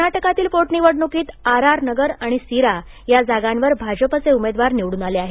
कर्नाटकातील पोटनिवडणूकीत आरआर नगर आणि सीरा या जागांवर भाजपाचे उमेदवार निवडून आले आहेत